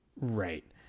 Right